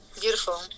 beautiful